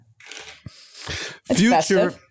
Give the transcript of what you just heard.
Future